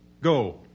Go